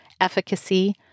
efficacy